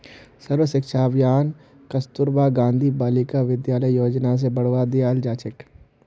सर्व शिक्षा अभियानक कस्तूरबा गांधी बालिका विद्यालय योजना स बढ़वा दियाल जा छेक